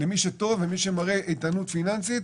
למי שטוב ומי שמראה איתנו פיננסית,